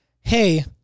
hey